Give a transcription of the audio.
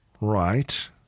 Right